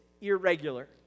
irregular